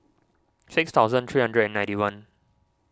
six thousand three hundred and ninety one